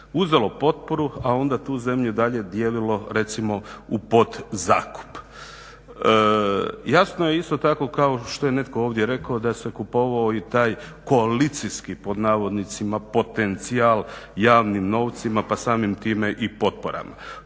uzelo potporu, a onda tu zemlju dalje dijelilo recimo u podzakup. Jasno je isto tako kao što je netko ovdje rekao, da se kupovao i taj koalicijski "potencijal" javnim novcima pa samim time i potporama.